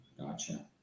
Gotcha